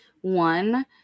One